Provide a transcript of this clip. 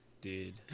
Dude